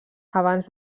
abans